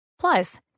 Plus